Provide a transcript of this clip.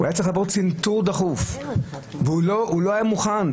הוא היה צריך לעבור צנתור דחוף והוא לא היה מוכן,